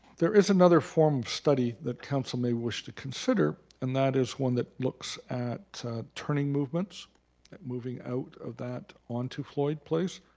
there is another form of study that council may wish to consider and that is one that looks at turning movements. at moving out of that onto floyd place.